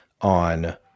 on